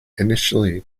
initially